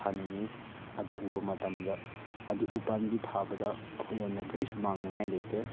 ꯊꯥꯅꯤꯡꯏ ꯑꯗꯨ ꯎꯕ ꯃꯇꯝꯗ ꯑꯗꯨ ꯎꯄꯥꯝꯕꯤ ꯊꯥꯕꯗ ꯑꯩꯈꯣꯏꯉꯣꯟꯗ ꯀꯔꯤꯁꯨ ꯃꯥꯡꯅꯤꯡꯉꯥꯏ ꯂꯩꯇꯦ